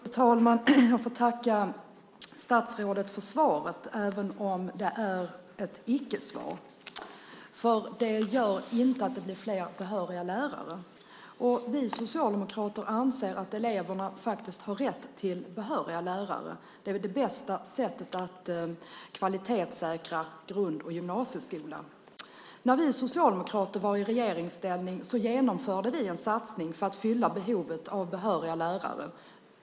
Fru talman! Jag får tacka statsrådet för svaret, även om det är ett icke-svar eftersom det inte medför att antalet behöriga lärare blir fler. Vi socialdemokrater anser att eleverna har rätt till behöriga lärare. Det är det bästa sättet att kvalitetssäkra grund och gymnasieskolan. När vi socialdemokrater var i regeringsställning genomförde vi en satsning för att fylla behovet av behöriga lärare.